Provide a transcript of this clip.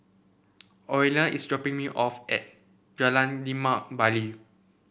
Orilla is dropping me off at Jalan Limau Bali